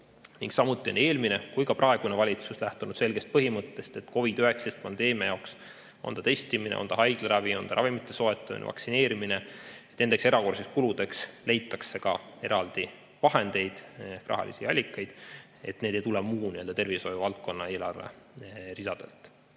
Samuti on nii eelmine kui ka praegune valitsus lähtunud selgest põhimõttest, et COVID-19 pandeemia jaoks, olgu testimine, haiglaravi, ravimite soetamine või vaktsineerimine, nendeks erakordses kuludeks leitakse eraldi vahendeid ehk rahalisi allikaid ja need ei tule muu tervishoiuvaldkonna eelarve ridadelt.